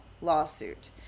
lawsuit